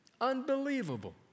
Unbelievable